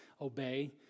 obey